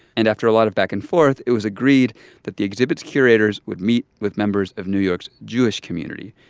and after a lot of back and forth, it was agreed that the exhibit's curators would meet with members of new york's jewish community.